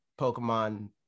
Pokemon